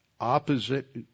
opposite